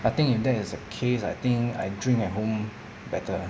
I think if that is the case I think I drink at home better lah